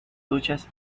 duchas